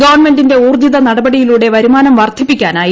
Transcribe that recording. ഗവൺമെന്റിന്റെ ഊർജ്ജിത നടപടിയിലൂടെ വരുമാനം വർദ്ധിപ്പിക്കാനായി